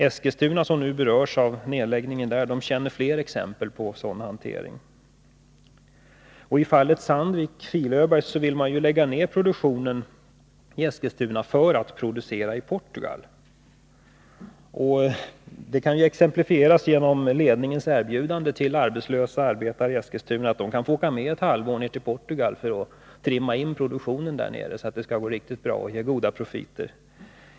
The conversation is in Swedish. Eskilstuna, som nu berörs av nedläggningen där, känner flera exempel på sådana hanteringar. I fallet Fil-Öbergs vill Sandvik lägga ned produktionen i Eskilstuna för att producera i Portugal. Det kan exemplifieras genom ledningens erbjudande till arbetslösa arbetare i Eskilstuna att åka med ned till Portugal på ett halvår för att trimma in produktionen där, så att den skall gå riktigt bra och ge goda profiter.